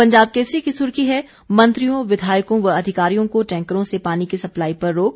पंजाब केसरी की सुर्खी है मंत्रियों विधायकों व अधिकारियों को टैंकरों से पानी की सप्लाई पर रोक